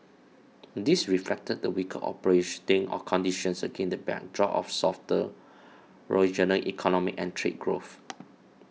this reflected the weaker operating conditions against the backdrop of softer regional economic and trade growth